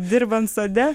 dirbant sode